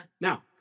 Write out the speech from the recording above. Now